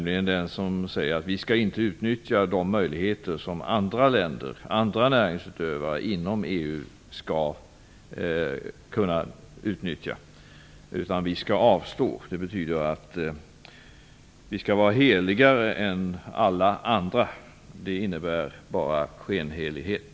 I den sägs att vi inte skall utnyttja de möjligheter som andra länder och näringsutövare i andra länder skall kunna utnyttja, utan vi skall avstå. Det betyder att vi skall vara heligare än alla andra, men det innebär bara skenhelighet.